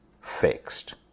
fixed